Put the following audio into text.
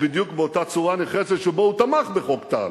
בדיוק באותה צורה נחרצת שבה הוא תמך בחוק טל